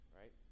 right